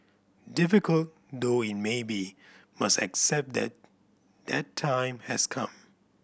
difficult though it may be must accept that that time has come